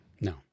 no